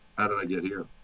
how did i get here?